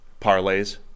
parlays